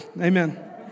Amen